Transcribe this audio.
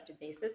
basis